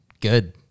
good